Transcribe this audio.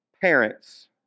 Parents